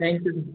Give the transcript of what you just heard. thank you